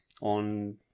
on